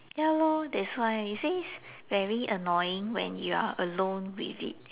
ya lor that's why it says very annoying when you are alone with it